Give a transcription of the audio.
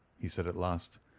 he said at last.